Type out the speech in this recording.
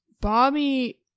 Bobby